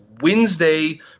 Wednesday